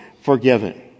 forgiven